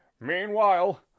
meanwhile